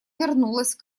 вернулась